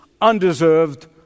undeserved